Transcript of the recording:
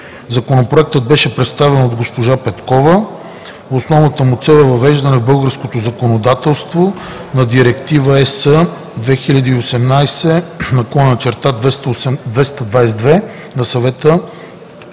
Законопроектът беше представен от госпожа Петкова. Основната му цел е въвеждането в българското законодателство на Директива (ЕС) 2018/822 на Съвета